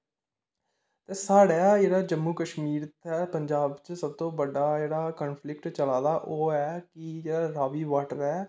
ते साढ़े जेहड़ा जम्मू कशमीर इत्थै पंजाब च सब तू बड्डा इत्थै चला दा ओह् ऐ कि जेहड़ा रावी बाटर ऐ